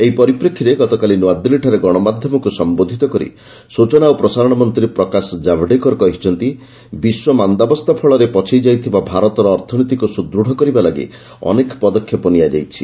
ଏହି ପରିପ୍ରେକ୍ଷୀରେ ଗତକାଲି ନୃଆଦିଲ୍ଲୀଠାରେ ଗଣମାଧ୍ୟମକୁ ସମ୍ବୋଦ୍ଧିତ କରି ସୂଚନା ଓ ପ୍ରଶାରଣ ମନ୍ତ୍ରୀ ପ୍ରକାଶ ଜାଭଡେକର କହିଛନ୍ତି ବିଶ୍ୱ ମାନ୍ଦାବସ୍ଥା ଫଳରେ ପଛେଇ ଯାଇଥିବା ଭାରତର ଅର୍ଥନୀତିକୁ ସୁଦୃତ୍ କରିବା ଲାଗି ଅନେକ ପଦକ୍ଷେପ ନିଆଯାଇଛି